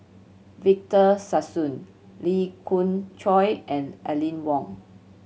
Victor Sassoon Lee Khoon Choy and Aline Wong